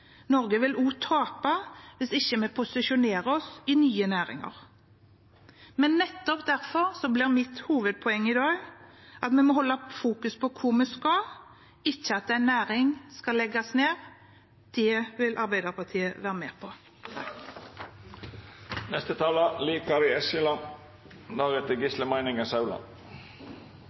Norge vil også tape hvis vi ikke posisjonerer oss i nye næringer. Men nettopp derfor blir mitt hovedpoeng i dag at vi må holde fokus på hvor vi skal, ikke at en næring skal legges ned. Det vil Arbeiderpartiet være med på.